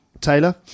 Taylor